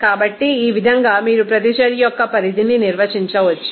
కాబట్టి ఈ విధంగా మీరు ప్రతిచర్య యొక్క పరిధిని నిర్వచించవచ్చు